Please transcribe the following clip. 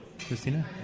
Christina